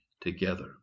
together